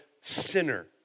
sinner